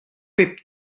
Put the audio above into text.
pep